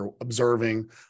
observing